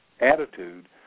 attitude